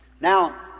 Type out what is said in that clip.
now